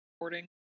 recording